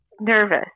nervous